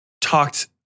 talked